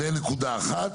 זאת נקודה אחת.